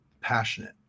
passionate